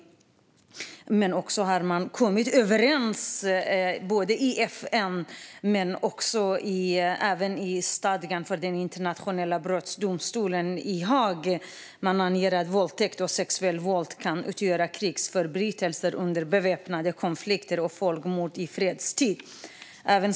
Man har kommit överens både i FN och i stadgan för Internationella brottmålsdomstolen i Haag. Man anger att våldtäkt och sexuellt våld kan utgöra krigsförbrytelser under beväpnade konflikter och folkmord i fredstid.